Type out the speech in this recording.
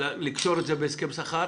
לקשור את זה בהסכם שכר,